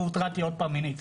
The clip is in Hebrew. ושוב הוטרדתי מינית.